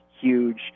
huge